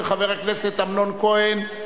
של חבר הכנסת אמנון כהן,